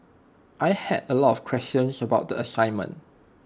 I had A lot of questions about the assignment